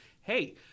Hey